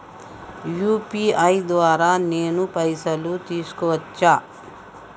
UPI ద్వారా నేను పైసలు తీసుకోవచ్చా?